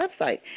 website